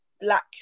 Black